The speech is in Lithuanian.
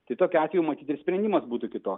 tai tokiu atveju matyt ir sprendimas būtų kitoks